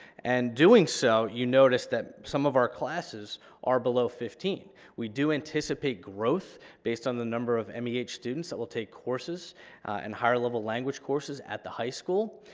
and doing so you notice that some of our classes are below fifteen. we do anticipate growth based on the number of meh students that will take courses and higher-level language courses at the high school,